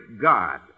god